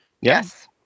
Yes